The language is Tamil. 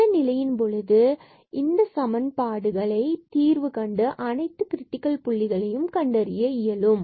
இந்த நிலையின் போது நம்மால் இந்த சமன்பாடுகளை தீர்வு கண்டு அனைத்து கிரிடிக்கல் புள்ளிகளையும் கண்டறிய இயலும்